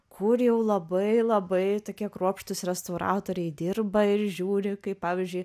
kur jau labai labai tokie kruopštūs restauratoriai dirba ir žiūri kaip pavyzdžiui